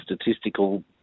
statistical